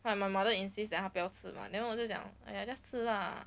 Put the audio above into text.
and my mother insist that 他不要吃 mah then 我就讲 !aiya! just 吃 lah